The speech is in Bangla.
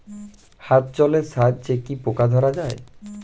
হাত জলের সাহায্যে কি পোকা ধরা যায়?